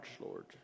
Lord